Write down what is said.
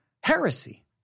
heresy